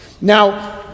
now